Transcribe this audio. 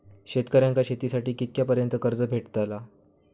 शेतकऱ्यांका शेतीसाठी कितक्या पर्यंत कर्ज भेटताला?